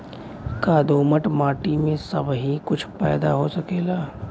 का दोमट माटी में सबही कुछ पैदा हो सकेला?